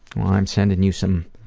well i'm sending you some